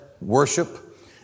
worship